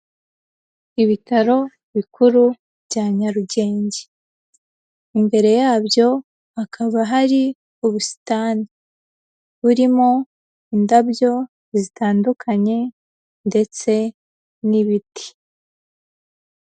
Ibitaro bikuru bya Nyarugenge, imbere yabyo hakaba hari ubusitani burimo indabyo zitandukanye ndetse n'ibiti.